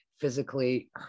physically